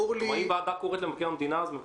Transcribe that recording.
כלומר אם הוועדה קוראת למבקר המדינה אז מבקר